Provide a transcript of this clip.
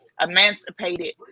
emancipated